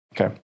Okay